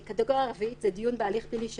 קטגוריה רביעית זה דיון בהליך פלילי,